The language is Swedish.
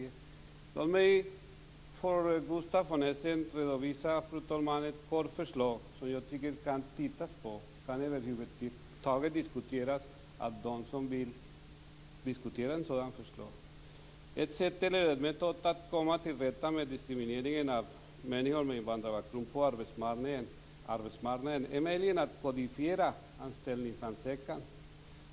Jag skulle vilja för Gustaf von Essen redovisa ett bra förslag som jag tycker att man kunde titta på och som kunde diskuteras av dem som vill diskutera den sortens förslag. Ett sätt att komma till rätta med diskriminering av människor med invandrarbakgrund på arbetsmarknaden är möjligen att koda anställningsansökningarna.